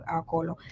acolo